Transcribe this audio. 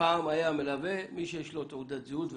פעם היה מלווה מי שיש לו תעודת זהות ודופק.